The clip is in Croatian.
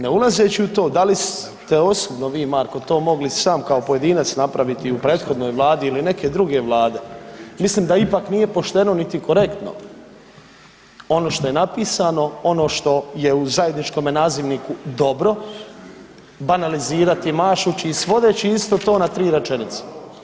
Ne ulazeći u to da li ste osobno vi, Marko, to mogli sam kao pojedinac napraviti u prethodnoj Vladi ili neke druge vlade, mislim da ipak nije pošteno niti korektno ono što je napisano, ono što je u zajedničkome nazivniku dobro, banalizirati, mašući i svodeći isto to na 3 rečenice.